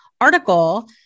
article